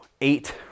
eight